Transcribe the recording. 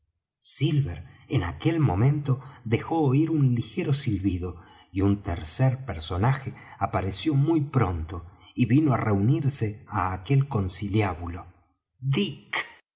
silver en aquel momento dejó oir un ligero silbido y un tercer personaje apareció muy pronto y vino á reunirse á aquel conciliábulo dick es